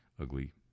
ugly